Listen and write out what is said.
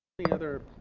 the other